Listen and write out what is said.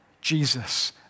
Jesus